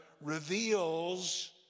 reveals